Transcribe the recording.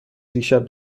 دیشب